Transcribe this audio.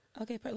Okay